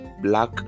black